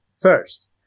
First